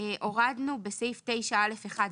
הורדנו בסעיף 9א1,